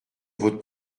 votre